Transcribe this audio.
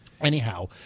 Anyhow